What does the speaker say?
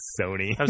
Sony